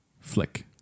Flick